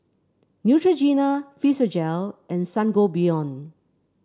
Neutrogena Physiogel and Sangobion